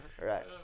Right